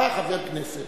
בא חבר כנסת